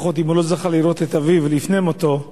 לפחות אם הוא לא זכה לראות את אביו לפני מותו,